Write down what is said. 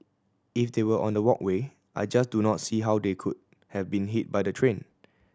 if they were on the walkway I just do not see how they could have been hit by the train